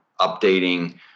updating